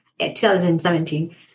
2017